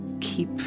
keep